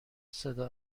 صدا